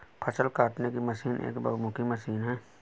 फ़सल काटने की मशीन एक बहुमुखी मशीन है